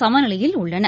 சமநிலையில் உள்ளன